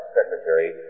secretary